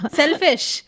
selfish